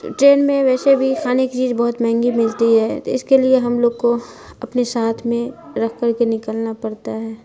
train میں ویشے بھی خانے کی چیز بہت مہنگی ملتی ہے تو اس کے لیے ہم لوگ کو اپنے ساتھ میں رکھ کر کے نکلنا پڑتا ہے